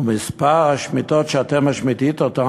ומספר השמיטות שאתם משמיטים אותה,